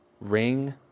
ring